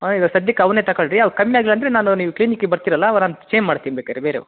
ಹಾಂ ಇವಾಗ ಸದ್ಯಕ್ಕೆ ಅವನ್ನೇ ತಕೊಳ್ರಿ ಅವು ಕಮ್ಮಿ ಆಗಿಲ್ಲ ಅಂದರೆ ನಾನು ನೀವು ಕ್ಲಿನಿಕಿಗೆ ಬರ್ತೀರಲ್ಲ ಅವಾಗ ನಾನು ಚೇಂಜ್ ಮಾಡ್ತೀನಿ ಬೇಕಾರೆ ಬೇರೆವು